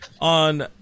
on